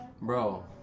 Bro